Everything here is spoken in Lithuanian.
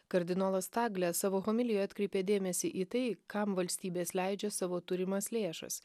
kardinolas taglė savo homilijoj atkreipė dėmesį į tai kam valstybės leidžia savo turimas lėšas